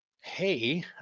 hey